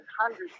hundreds